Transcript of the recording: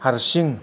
हारसिं